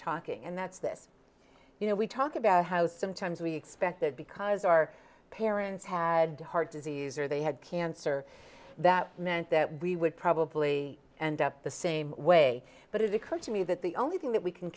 talking and that's this you know we talk about how sometimes we expect that because our parents had heart disease or they had cancer that meant that we would probably end up the same way but it occurred to me that the only thing that we can